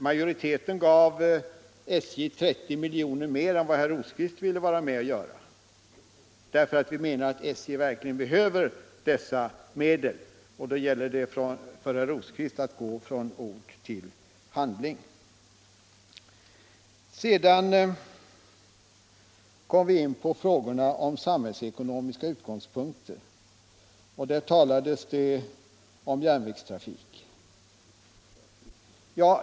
Majoriteten gav SJ 30 miljoner mer än vad herr Rosaqvist ville vara med om, därför att vi menar att SJ verkligen behöver dessa medel, och då gäller det för herr Rosqvist att gå från ord till handling. Sedan kom han in på frågorna om samhällsekonomiska utgångspunkter, och då talades det om järnvägstrafik.